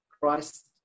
Christ